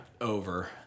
Over